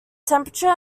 temperature